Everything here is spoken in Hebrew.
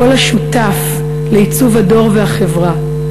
קול השותף לעיצוב הדור והחברה,